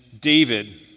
David